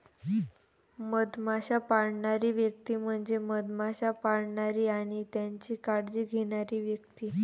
मधमाश्या पाळणारी व्यक्ती म्हणजे मधमाश्या पाळणारी आणि त्यांची काळजी घेणारी व्यक्ती